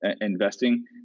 investing